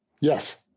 yes